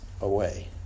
away